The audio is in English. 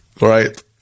right